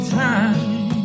time